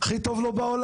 זה הכי טוב לו בעולם.